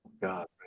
God